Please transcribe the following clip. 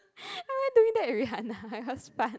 why I am doing that with it was fun